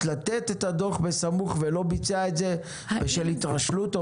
לתת את הדוח בסמוך ולא ביצע את זה בשל התרשלות?